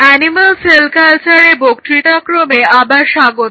animal cell কালচারের বক্তৃতাক্রমে আবার স্বাগত